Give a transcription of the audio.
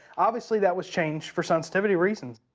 obviously that was changed for sensitivity reasons.